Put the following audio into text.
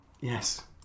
Yes